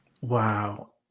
Wow